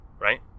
Right